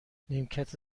نیمکت